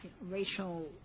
racial